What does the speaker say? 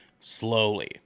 slowly